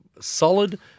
solid